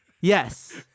Yes